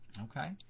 Okay